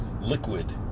liquid